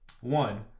one